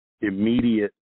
immediate